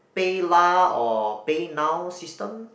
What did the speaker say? PayLah or PayNow system